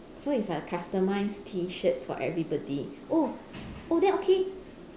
so it's like a customised T shirts for everybody oh oh then okay